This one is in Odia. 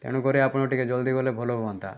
ତେଣୁକରି ଆପଣ ଟିକିଏ ଜଲ୍ଦି ଗଲେ ଭଲ ହୁଅନ୍ତା